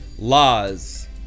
laws